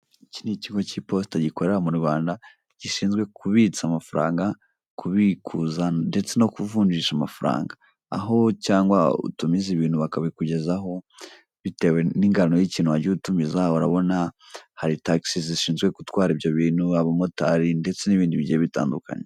Iki ni ikigo cy'iposita gikorera mu Rwanda gishinzwe kubitsa amafaranga, kubikuza ndetse no kuvunjisha amafaranga. Aho cyangwa utumiza ibintu bakabikugezaho bitewe n'ingano y'ikintu wagiye utumiza urabona hari tagisi zishinzwe gutwara ibyo bintu, abamotari ndetse n'ibindi bigiye bitandukanye.